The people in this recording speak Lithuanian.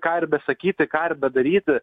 ką ir besakyti ką ir bedaryti